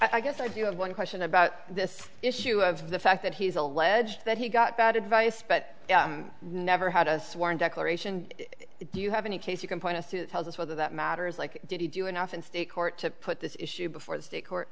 i guess if you have one question about this issue of the fact that he's alleged that he got bad advice but never had a sworn declaration do you have any case you can point to to tell us whether that matters like did he do enough in state court to put this issue before the state court